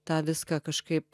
tą viską kažkaip